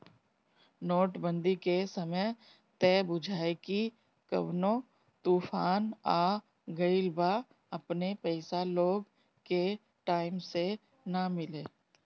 note बंदी के समय त बुझाए की कवनो तूफान आ गईल बा अपने पईसा लोग के टाइम से ना मिले